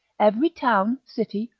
every town, city,